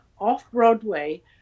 off-Broadway